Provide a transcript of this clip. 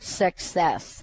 success